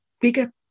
bigger